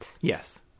Yes